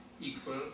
equal